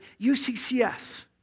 UCCS